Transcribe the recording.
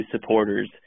supporters